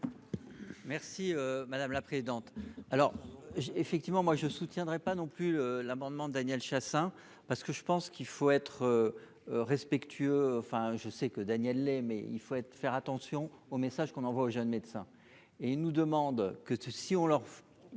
Merci madame la présidente. Alors j'ai effectivement moi je soutiendrai pas non plus l'amendement Daniel Chassain parce que je pense qu'il faut être. Respectueux. Enfin je sais que Daniel les mais il faut être, faire attention au message qu'on envoie aux jeunes médecins et ils nous demandent que ceux-ci on leur.